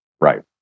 right